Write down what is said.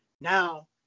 now